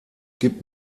gibt